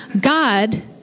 God